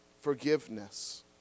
Forgiveness